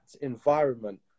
environment